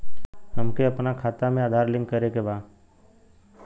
हमके अपना खाता में आधार लिंक करें के बा?